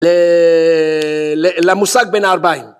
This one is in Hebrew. למושג בין הערביים